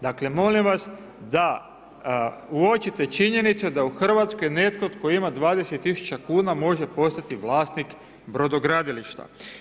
Dakle, molim vas da uočite činjenicu da u Hrvatskoj netko tko ima 20 000 kuna može postati vlasnik brodogradilišta.